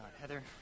Heather